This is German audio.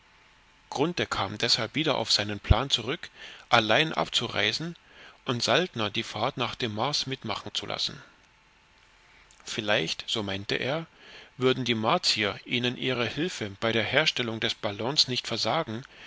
kam deshalb wieder auf seinen plan zurück allein abzureisen und saltner die fahrt nach dem mars mitmachen zu lassen vielleicht so meinte er würden die martier ihnen ihre hilfe bei der herstellung des ballons nicht versagen